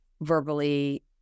verbally